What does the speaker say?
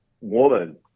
woman